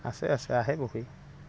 আছে আছে আহে পক্ষী